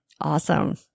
awesome